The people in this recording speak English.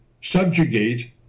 subjugate